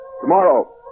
Tomorrow